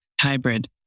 Hybrid